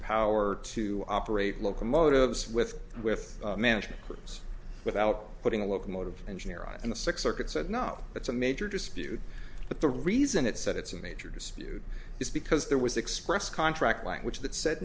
power to operate locomotives with and with management teams without putting a locomotive engineer on the six circuit said no it's a major dispute but the reason it said it's a major dispute is because there was express contract language that said